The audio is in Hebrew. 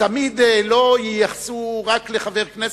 תמיד לא ייחסו את זה רק לחבר כנסת,